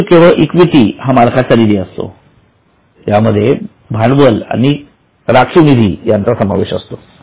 परंतु केवळ इक्विटी हा मालकाचा निधी असतो आणि त्यामध्ये भांडवल आणि राखीव निधी यांचा समावेश असतो